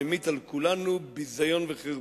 ממיט על כולנו ביזיון וחרפה.